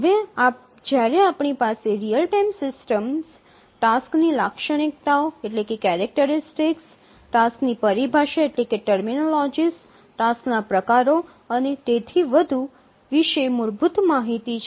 હવે જ્યારે આપણી પાસે રીઅલ ટાઇમ સિસ્ટમ્સ ટાસ્કની લાક્ષણિકતાઓ ટાસક્સ ની પરિભાષા ટાસક્સના પ્રકારો અને તેથી વધુ વિશે મૂળભૂત માહિતી છે